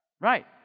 Right